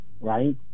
right